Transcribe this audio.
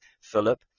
Philip